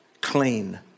clean